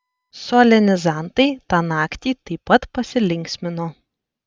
solenizantai tą naktį taip pat pasilinksmino